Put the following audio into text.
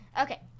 Okay